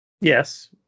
Yes